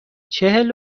چهل